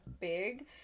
big